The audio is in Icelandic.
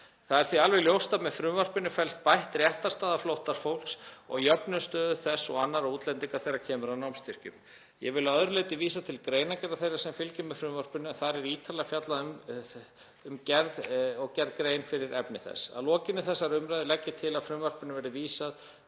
Það er því alveg ljóst að með frumvarpinu felst bætt réttarstaða flóttafólks og jöfnun stöðu þess og annarra útlendinga þegar kemur að námsstyrkjum. Ég vil að öðru leyti vísa til greinargerðar þeirra sem fylgir með frumvarpinu en þar er ítarlega fjallað um gerð grein fyrir efni þess. Að lokinni þessari umræðu legg ég til að frumvarpinu verði vísað